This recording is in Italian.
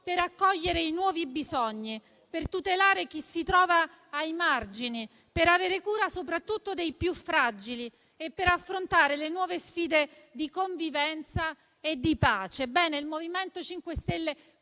per accogliere i nuovi bisogni, tutelare chi si trova ai margini, per avere cura soprattutto dei più fragili e affrontare le nuove sfide di convivenza e pace.